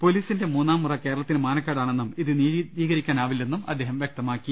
പൊലീസിന്റെ മൂന്നാംമുറ കേരളത്തിന് മാന ക്കേടാണെന്നും ഇത് നീതീകരിക്കാനാവില്ലെന്നും അദ്ദേഹം വ്യക്തമാക്കി